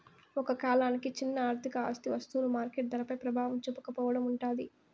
ఒక కాలానికి చిన్న ఆర్థిక ఆస్తి వస్తువులు మార్కెట్ ధరపై ప్రభావం చూపకపోవడం ఉంటాది